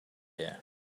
here